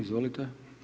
Izvolite.